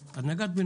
מיכאל,